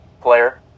player